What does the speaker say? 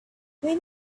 when